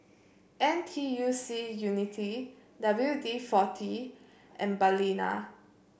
N T U C Unity W D forty and Balina